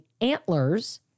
antlers